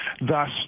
thus